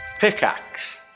pickaxe